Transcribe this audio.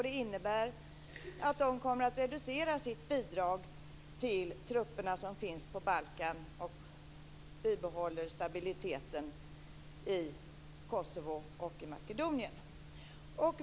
Det innebär att man kommer att reducera sitt bidrag till trupperna som finns på Balkan och bibehåller stabiliteten i Kosovo och i Makedonien.